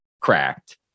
cracked